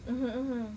mmhmm mmhmm